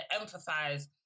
emphasize